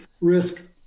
risk